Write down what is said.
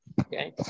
Okay